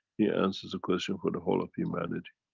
he answers a question for the whole of humanity.